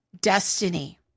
destiny